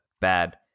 bad